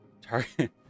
Target